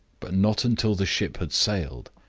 but not until the ship had sailed.